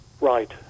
right